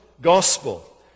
gospel